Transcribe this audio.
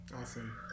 Awesome